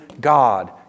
God